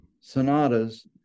sonatas